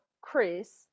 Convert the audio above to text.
Chris